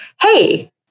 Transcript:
hey